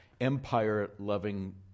empire-loving